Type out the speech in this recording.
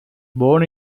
born